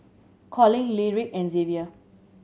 Collin Lyric and Xavier